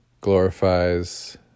glorifies